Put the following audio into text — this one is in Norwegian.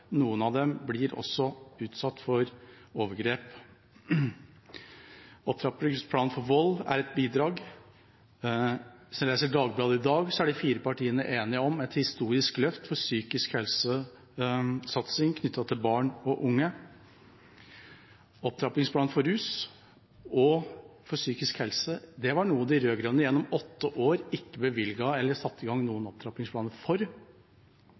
Noen av dem blir også utsatt for overgrep. Opptrappingsplanen mot vold er et bidrag. Senest i Dagbladet i dag leser jeg at de fire partiene er enige om et historisk løft for psykisk helsesatsing knyttet til barn og unge. Opptrappingsplanen for rus og psykisk helse – dette var noe de rød-grønne gjennom åtte år ikke bevilget eller satte i gang noen opptrappingsplaner for.